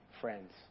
friends